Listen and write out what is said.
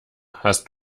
hast